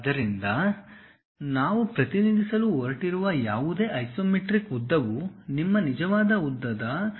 ಆದ್ದರಿಂದ ನಾವು ಪ್ರತಿನಿಧಿಸಲು ಹೊರಟಿರುವ ಯಾವುದೇ ಐಸೊಮೆಟ್ರಿಕ್ ಉದ್ದವು ನಿಮ್ಮ ನಿಜವಾದ ಉದ್ದದ 0